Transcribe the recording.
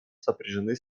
сопряжены